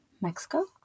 Mexico